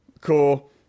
cool